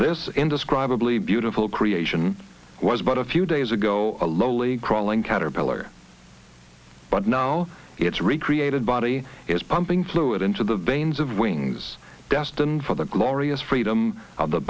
this indescribably beautiful creation was about a few days ago a lowly crawling caterpillar but now its recreated body is pumping fluid into the veins of wings destined for the glorious freedom of the